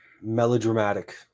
melodramatic